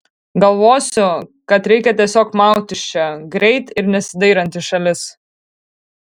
galvosiu kad reikia tiesiog maut iš čia greit ir nesidairant į šalis